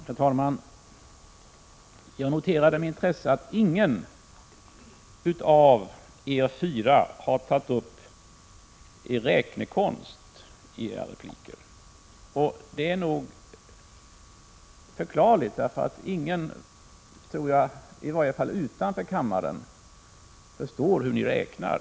Herr talman! Jag noterar med intresse att ingen av er fyra har tagit fram er räknekonst i era repliker. Det är förklarligt, för jag tror ingen, i varje fall ingen utanför kammaren, förstår hur ni räknar.